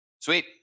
Sweet